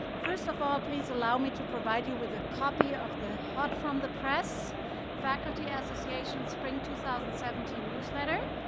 first of all, please, allow me to provide you with a copy of the hot from the press faculty association spring two thousand and seventeen newsletter.